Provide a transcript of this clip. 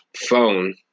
phone